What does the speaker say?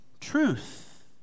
truth